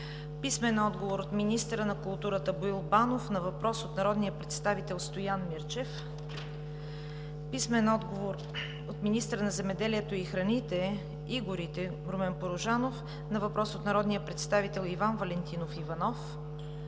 Мирчев; - министъра на културата Боил Банов на въпрос от народния представител Стоян Мирчев; - министъра на земеделието, храните и горите Румен Порожанов на въпрос от народния представител Иван Валентинов Иванов;